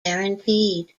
guaranteed